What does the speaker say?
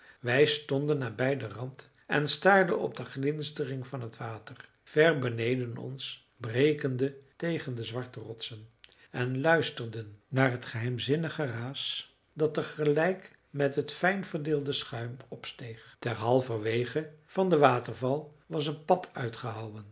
wij stonden nabij den rand en staarden op de glinstering van het water ver beneden ons brekende tegen de zwarte rotsen en luisterden naar het geheimzinnig geraas dat tegelijk met het fijn verdeelde schuim opsteeg ter halverwege van den waterval was een pad